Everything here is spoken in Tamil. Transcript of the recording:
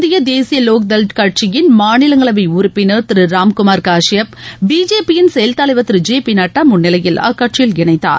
இந்திய தேசிய லோக் தள் கட்சியின் மாநிலங்களவை உறுப்பினர் திரு ராம்குமார் காஷியப் பிஜேபியின் செயல் தலைவர் திரு ஜே பி நட்டா முன்னிலையில் அக்கட்சியின் இணைந்தார்